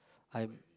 I'm